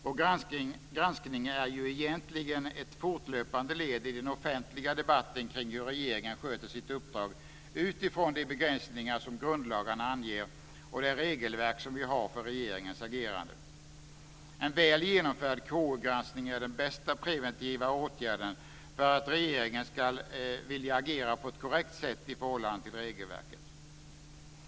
Vår granskning är egentligen ett fortlöpande led i den offentliga debatten kring hur regeringen sköter sitt uppdrag utifrån de begränsningar som grundlagarna anger och det regelverk som vi har för regeringens agerande. En väl genomförd KU granskning är den bästa preventiva åtgärden för att regeringen ska vilja agera på ett korrekt sätt i förhållande till regelverket.